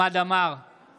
חמד עמאר, בעד צביקה פוגל,